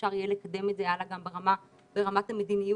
אפשר יהיה לקדם את זה הלאה גם ברמת המדיניות,